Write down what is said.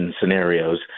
scenarios